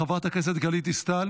חברת הכנסת גוטליב,